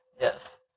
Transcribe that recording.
Yes